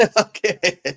Okay